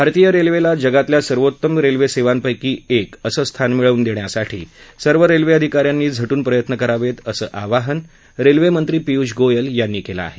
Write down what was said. भारतीय रेल्वेला जगातल्या सर्वोत्तम रेल्वेसेवांपैकी एक असं स्थान मिळवून देण्यासाठी सर्व रेल्वे अधिकाऱ्यांनी झटून प्रयत्न करावेत असं आवाहन रेल्वेमंत्री पियुष गोयल यांनी केलं आहे